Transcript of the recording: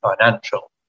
financial